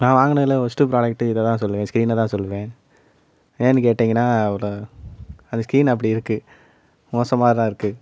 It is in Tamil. நான் வாங்கினதுல ஒர்ஸ்ட்டு ப்ராடக்ட்டு இது தான் நான் சொல்லுவேன் ஸ்கிரீன்னை தான் சொல்லுவேன் ஏன்னு கேட்டிங்கனால் அதோடய அது ஸ்கிரீன் அப்படி இருக்குது மோசமாக தான் இருக்குது